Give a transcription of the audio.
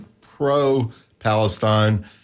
pro-Palestine